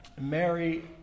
Mary